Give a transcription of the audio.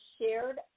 shared